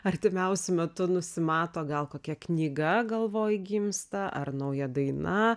artimiausiu metu nusimato gal kokia knyga galvoj gimsta ar nauja daina